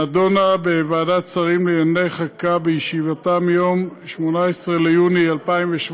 נדונה בוועדת שרים לענייני חקיקה בישיבתה ביום 18 ביוני 2017,